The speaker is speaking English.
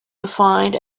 defined